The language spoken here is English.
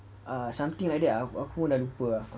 ah something like that ah aku pun dah lupa ah